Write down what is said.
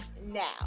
now